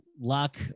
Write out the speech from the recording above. luck